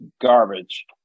garbage